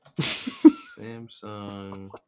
Samsung